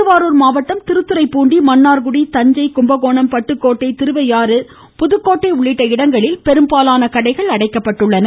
திருவாரூர் மாவட்டம் திருத்துறைப்பூண்டி மன்னார்குடி தஞ்சை கும்பகோணம் பட்டுக்கோட்டை திருவையாறு புதுக்கோட்டை உள்ளிட்ட இடங்களில் பெரும்பாலான கடைகள் அடைக்கப்பட்டுள்ளன